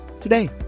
today